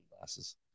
glasses